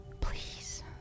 please